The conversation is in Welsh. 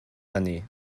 hynny